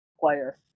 player